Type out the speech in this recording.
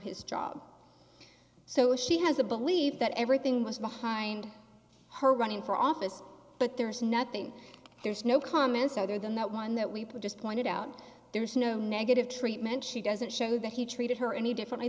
his job so she has a believe that everything was behind her running for office but there's nothing there's no comments other than that one that we put just pointed out there is no negative treatment she doesn't show that he treated her any differently